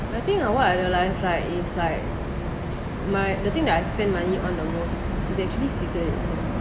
I think of what I realise right is like the thing that I spend money on the most is actually cigarettes